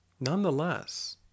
Nonetheless